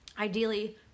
ideally